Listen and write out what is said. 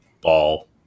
ball